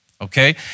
Okay